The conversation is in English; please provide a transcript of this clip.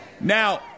Now